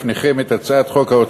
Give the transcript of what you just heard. בהצעת החוק.